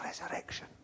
Resurrection